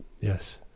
Yes